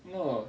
那么